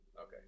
Okay